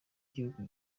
igihugu